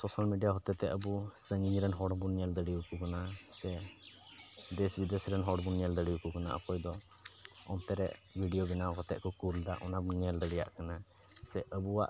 social media ᱦᱚᱛᱮᱡ ᱛᱮ ᱟᱵᱚ ᱥᱟᱺᱜᱤᱧ ᱨᱮᱱ ᱦᱚᱲ ᱵᱚᱱ ᱧᱮᱞ ᱫᱟᱲᱮ ᱟᱠᱚ ᱠᱟᱱᱟ ᱥᱮ ᱫᱮᱥ ᱵᱤᱫᱮᱥ ᱨᱮᱱ ᱦᱚᱲ ᱵᱚᱱ ᱧᱮᱞ ᱫᱟᱲᱮ ᱟᱠᱚ ᱠᱟᱱᱟ ᱚᱠᱚᱭ ᱫᱚ ᱚᱱᱛᱮ ᱨᱮ ᱵᱷᱤᱰᱤᱭᱳ ᱵᱮᱱᱟᱣ ᱠᱟᱛᱮ ᱠᱚ ᱠᱳᱞ ᱮᱫᱟ ᱚᱱᱟ ᱵᱚᱱ ᱧᱮᱞ ᱫᱟᱲᱮᱭᱟᱜ ᱠᱟᱱᱟ ᱥᱮ ᱟᱵᱚᱣᱟᱜ